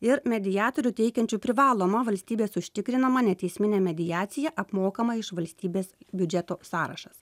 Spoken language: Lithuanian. ir mediatorių teikiančių privalomą valstybės užtikrinamą neteisminę mediaciją apmokamą iš valstybės biudžeto sąrašas